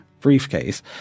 briefcase